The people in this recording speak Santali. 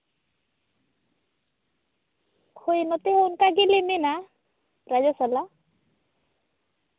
ᱦᱳᱭ ᱱᱚᱛᱮ ᱚᱱᱠᱟ ᱜᱮᱞᱮ ᱢᱮᱱᱟ ᱪᱟᱣᱞᱮᱥᱟᱞᱟ